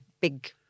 big